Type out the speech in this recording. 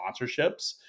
sponsorships